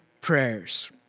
prayers